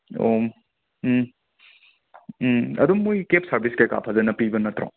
ꯑꯣ ꯎꯝ ꯎꯝ ꯑꯗꯨꯝ ꯃꯣꯏ ꯀꯦꯞ ꯁꯥꯔꯚꯤꯁ ꯀꯩꯀꯥ ꯐꯖꯅ ꯄꯤꯕ ꯅꯠꯇ꯭ꯔꯣ